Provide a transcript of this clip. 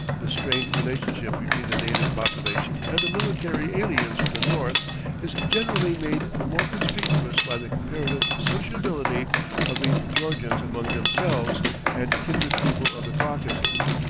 the strained relationship between the native population and the military aliens from the north is generally made the more conspicuous by the comparative sociability of the georgians among themselves and kindred people of the caucasus.